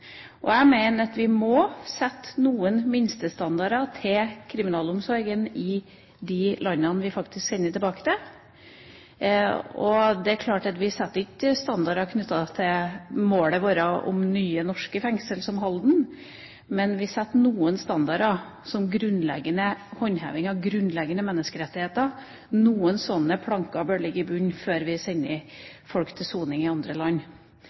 fra. Jeg mener at vi må sette noen minstestandarder for kriminalomsorgen i de landene vi faktisk sender tilbake til. Det er klart at vi setter ikke standarder knyttet til målet vårt, som f.eks. nye norske fengsler, som Halden, men vi setter noen standarder, som grunnleggende håndheving av grunnleggende menneskerettigheter – noen sånne planker bør ligge i bunnen før vi sender folk til soning i andre land.